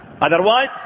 Otherwise